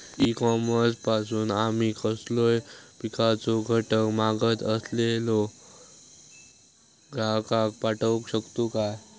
E commerce पासून आमी कसलोय पिकाचो घटक मागत असलेल्या ग्राहकाक पाठउक शकतू काय?